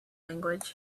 language